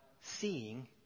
seeing